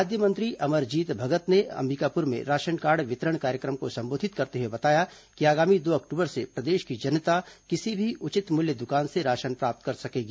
खाद्य मंत्री अमरजीत भगत ने अम्बिकापुर में राशनकार्ड वितरण कार्यक्रम को संबोधित करते हुए बताया कि आगामी दो अक्टूबर से प्रदेश की जनता किसी भी उचित मूल्य दुकान से राशन प्राप्त कर सकेगी